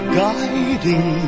guiding